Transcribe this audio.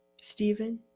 Stephen